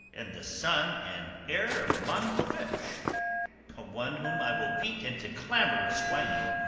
and the son and heir of a mongrel bitch one whom i will beat into clamorous whining,